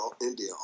India